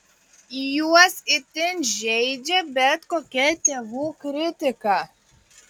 juos itin žeidžia bet kokia tėvų kritika